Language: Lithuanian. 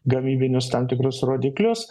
gamybinius tam tikrus rodiklius